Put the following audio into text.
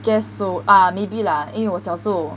guess so ah maybe lah 因为我小时候